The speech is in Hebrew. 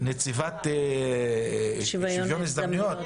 עם נציבת שוויון הזדמנויות,